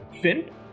Finn